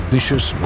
Vicious